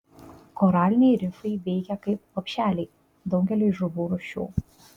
koraliniai rifai veikia kaip lopšeliai daugeliui žuvų rūšių